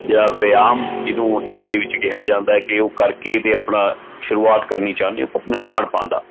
ਜਾਂ ਵੇਆਮ ਜੀਹਨੂੰ ਹਿੰਦੀ ਦੇ ਵਿੱਚ ਕਿਹਾ ਜਾਂਦਾ ਕਿ ਉਹ ਕਰਕੇ ਅਤੇ ਆਪਣਾ ਸ਼ੁਰੂਆਤ ਕਰਨੀ ਚਾਹੁੰਦੇ ਹੋ ਪਰ ਨਹੀਂ ਬਣ ਪਾਉਂਦਾ